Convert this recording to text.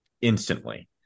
instantly